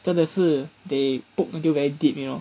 真的是 they poke until very deep you know